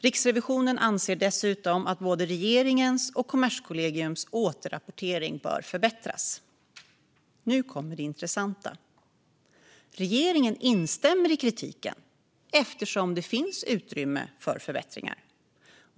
Riksrevisionen anser dessutom att både regeringens och Kommerskollegiums återrapportering bör förbättras. Nu kommer det intressanta: Regeringen instämmer i kritiken eftersom det finns utrymme för förbättringar.